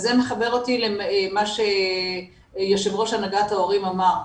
זה מחבר אותי למה שיו"ר הנהגת ההורים אמר.